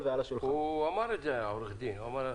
אמר את זה עורך הדין.